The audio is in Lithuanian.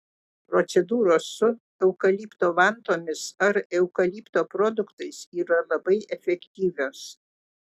procedūros su eukalipto vantomis ar eukalipto produktais yra labai efektyvios